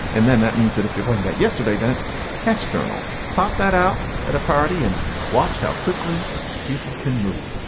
and then that means that if you're talking that yesterday, then it's head sternal pop that out at a party and watch how quickly people can move.